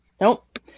Nope